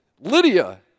Lydia